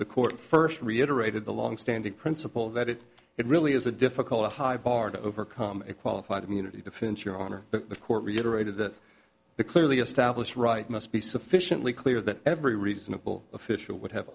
the court first reiterated the longstanding principle that it it really is a difficult a high bar to overcome a qualified immunity defense your honor but the court reiterated that the clearly established right must be sufficiently clear that every reasonable official would have